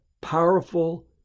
powerful